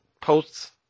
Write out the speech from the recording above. posts